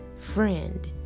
friend